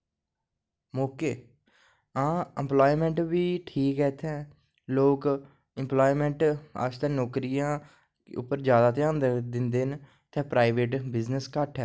okay आं employment बी ठीक ऐ इत्थें लोग आस्तै नौकरियां उप्पर जादै ध्यान दिंदे न इत्थें प्राईवेट बिज़नेस घट्ट ऐ